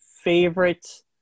favorite